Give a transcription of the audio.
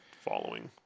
following